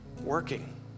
working